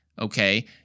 Okay